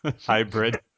hybrid